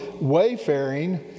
wayfaring